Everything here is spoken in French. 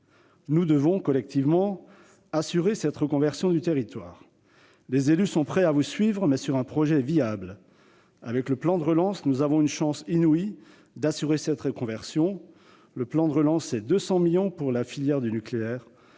Nous devons, collectivement, assurer cette reconversion du territoire. Les élus sont prêts à vous suivre, mais sur un projet viable. Avec le plan de relance, nous avons une chance inouïe d'assurer cette reconversion : il prévoit 200 millions d'euros pour la filière nucléaire.